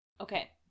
okay